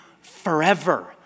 forever